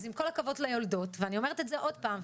אז עם כל הכבוד ליולדות - ואני אומרת את זה עוד פעם,